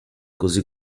così